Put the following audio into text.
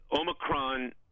Omicron